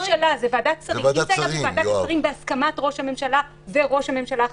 היה בוועדת השרים בהסכמת ראש הממשלה וראש הממשלה החלופי,